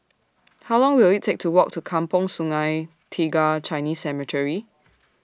How Long Will IT Take to Walk to Kampong Sungai Tiga Chinese Cemetery